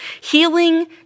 Healing